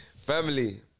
Family